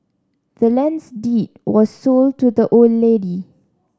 the land's deed was sold to the old lady